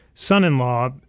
son-in-law